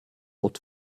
ort